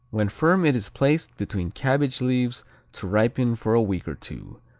when firm it is placed between cabbage leaves to ripen for a week or two,